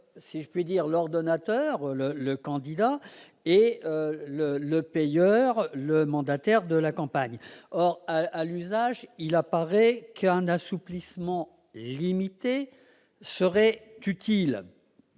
séparation entre l'ordonnateur- le candidat -et le payeur- le mandataire de la campagne. Or, à l'usage, il apparaît qu'un assouplissement, d'ailleurs limité, serait utile.